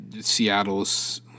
Seattle's